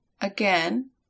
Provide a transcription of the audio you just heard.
Again